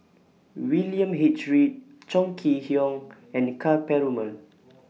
William H Read Chong Kee Hiong and Ka Perumal